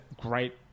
great